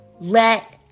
let